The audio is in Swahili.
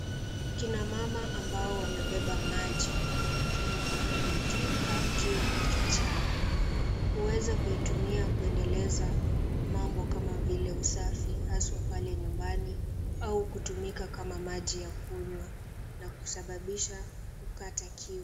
Kina mama ambao wamebeba maji kwenye mitungi na kuitwika juu ya kichwa chao uweze kuitumia kueleza mambo kama vile usafi haswa pale nyumbani au kutumika kama maji ya kunywa na kusababisha kukata kiu.